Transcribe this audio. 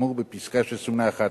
האמור פסקה שסומנה "(11)".